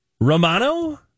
Romano